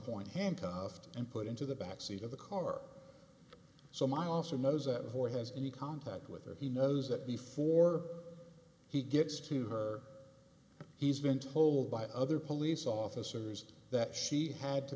point handcuffed and put into the back seat of the car so my also knows that whore has any contact with her he knows that before he gets to her he's been told by other police officers that she had to